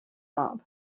mob